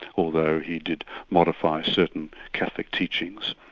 although he did modify certain catholic teachings.